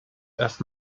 erst